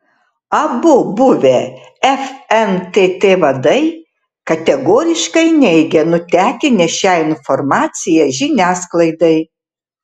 abu buvę fntt vadai kategoriškai neigia nutekinę šią informaciją žiniasklaidai